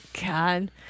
God